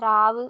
സ്രാവ്